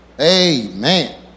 amen